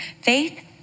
Faith